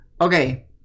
Okay